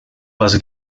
les